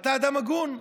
אתה אדם הגון,